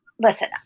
listen